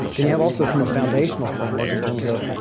then you have also from a foundational framework, in terms of,